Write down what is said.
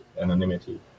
anonymity